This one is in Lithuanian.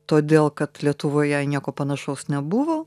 todėl kad lietuvoje nieko panašaus nebuvo